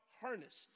harnessed